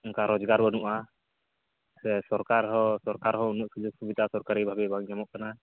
ᱚᱱᱠᱟ ᱨᱚᱡᱽᱜᱟ ᱵᱟᱹᱱᱩᱜᱼᱟ ᱥᱮ ᱥᱚᱨᱠᱟ ᱦᱚᱸ ᱥᱚᱨᱠᱟᱨ ᱦᱚᱸ ᱩᱱᱟᱹᱜ ᱥᱩᱡᱚᱠ ᱥᱩᱵᱤᱫᱟ ᱥᱚᱨᱠᱟᱨᱤ ᱵᱷᱟᱵᱮ ᱵᱟᱝ ᱧᱟᱢᱚᱜ ᱠᱟᱱᱟ